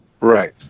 Right